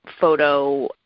photo